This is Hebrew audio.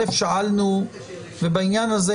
בעניין הזה,